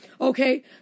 Okay